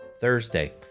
Thursday